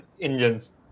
engines